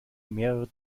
mehrere